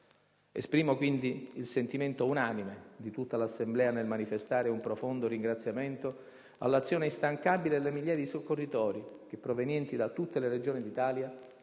Esprimo, quindi, il sentimento unanime di tutta l'Assemblea nel manifestare un profondo ringraziamento all'azione instancabile delle migliaia di soccorritori che, provenienti da tutte le regioni d'Italia,